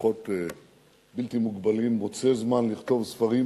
כוחות בלתי מוגבלים, מוצא זמן לכתוב ספרים